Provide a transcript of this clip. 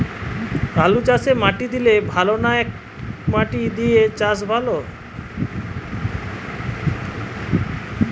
আলুচাষে মাটি দিলে ভালো না একমাটি দিয়ে চাষ ভালো?